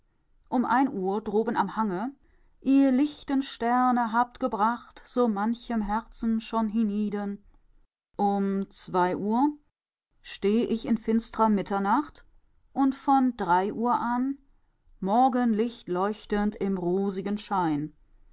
um ein uhr droben am hange ihr lichten sterne habt gebracht so manchem herzen schon hienieden um zwei uhr steh ich in finstrer mitternacht und von drei uhr an morgenlicht leuchtend im rosigen schein